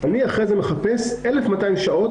אני מחפש 1,200 שעות,